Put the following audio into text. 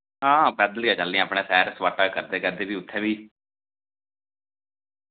हां पैदल गै चलनेआं अपनै सैर सपाटा करदे करदे फ्ही उत्थै बी